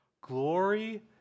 glory